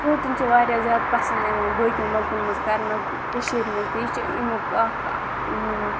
ژوٗنٛٹھٮ۪ن چھِ واریاہ زیادٕ پَسنٛد یِوان باقیَن مُلکَن منٛز کَرنہٕ کٔشیٖرِ منٛز تہِ یہِ چھِ اَمیُک اَکھ